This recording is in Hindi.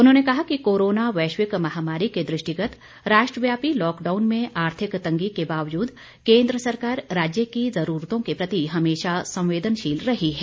उन्होंने कहा कि कोरोना वैश्विक महामारी के दृष्टिगत राष्ट्रव्यापी लॉकडाउन में आर्थिक तंगी के बावजूद केन्द्र सरकार राज्य की जरूरतों के प्रति हमेशा संवेदनशील रही है